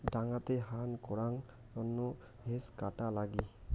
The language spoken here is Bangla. ডাঙাতে হান করাং তন্ন হেজ কাটা লাগি